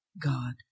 God